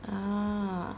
ah